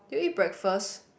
you eat breakfast